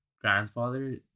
grandfather